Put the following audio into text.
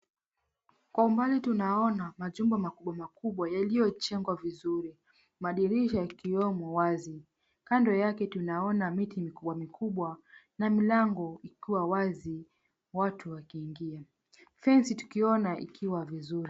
Kwa umbali tunaona majumba makubwa makubwa yaliyojengwa vizuri, madirisha yakiwemo wazi. Kando yake tunaona miti mikubwa mikubwa na milango ikiwa wazi watu wakiingia. Fence tukiona ikiwa vizuri.